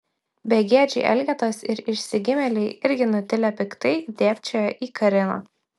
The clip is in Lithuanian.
begėdžiai elgetos ir išsigimėliai irgi nutilę piktai dėbčioja į kariną